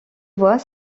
voies